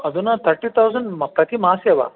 अधुना thirty thousand प्रतिमासे वा